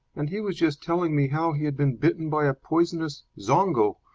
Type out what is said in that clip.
and he was just telling me how he had been bitten by a poisonous zongo,